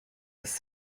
was